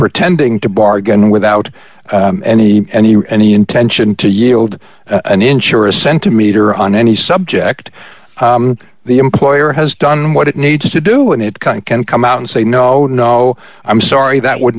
pretending to bargain without any and you any intention to yield an insurer centimeter on any subject the employer has done what it needs to do and it can come out and say no no i'm sorry that would